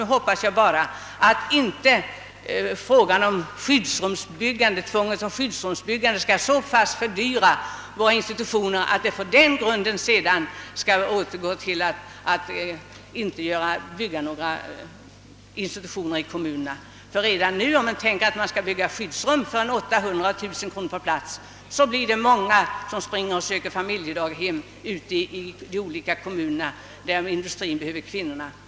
Nu hoppas jag bara att inte skyldighet att bygga skyddsrum skall föreligga så att vi på den grunden tvingas avstå från att bygga ytterligare institutioner för barnen i kommunerna. Om man skall bygga skyddsrum för 800 å 1000 kronor — det är den summa som socialstyrelsen beräknat — till varje plats blir det många som måste söka familjedaghem ute i kommunerna där industrierna behöver kvinnlig arbetskraft.